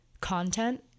Content